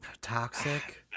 toxic